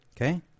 Okay